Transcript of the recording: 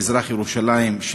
במזרח-ירושלים,